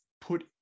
put